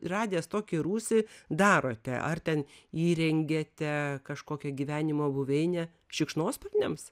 radęs tokį rūsį darote ar ten įrengiate kažkokią gyvenimo buveinę šikšnosparniams